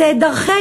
זה עליך.